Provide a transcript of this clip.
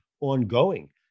ongoing